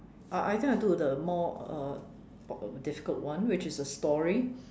uh I think I'll do the more uh difficult one which is a story